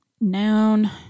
Noun